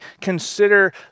consider